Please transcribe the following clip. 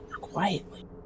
quietly